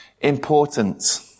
important